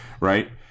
right